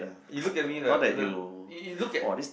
you look at me like the you look at